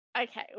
Okay